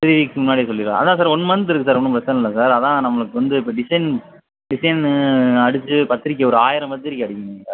three weeks முன்னாடியே சொல்லிவிடவா அதுதான் சார் ஒன் மன்த் இருக்குது சார் ஒன்றும் பிரச்சின இல்லை சார் அதுதான் நம்மளுக்கு வந்து இப்போ டிசைன் டிசைன்னு அடித்து பத்திரிக்கை ஒரு ஆயிரம் பத்திரிக்கை அடிக்கணும் சார்